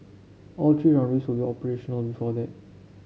all three runways will be operational before that